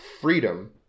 freedom